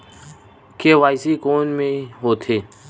KYC कोन में होथे?